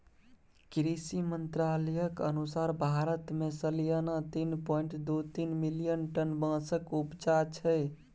कृषि मंत्रालयक अनुसार भारत मे सलियाना तीन पाँइट दु तीन मिलियन टन बाँसक उपजा छै